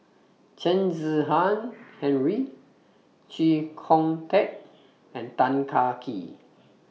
Chen Kezhan Henri Chee Kong Tet and Tan Kah Kee